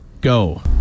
go